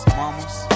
mama's